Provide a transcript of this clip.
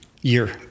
Year